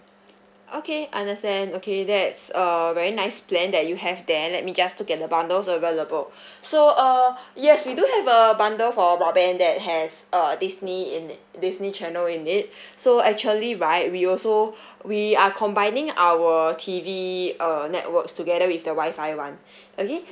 okay understand okay that's uh very nice plan that you have there let me just look at the bundles available so uh yes we do have a bundle for broadband that has uh disney in it disney channel in it so actually right we also we are combining our T_V uh networks together with the wi fi one okay